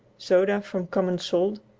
soda from common salt,